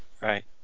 Right